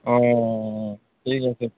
অঁ ঠিক আছে